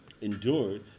endured